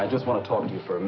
i just want to talk to you for